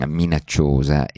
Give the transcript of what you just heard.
minacciosa